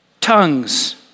tongues